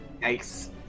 Nice